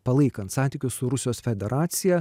palaikant santykius su rusijos federacija